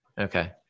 Okay